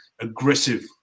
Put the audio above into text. aggressive